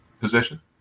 position